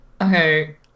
Okay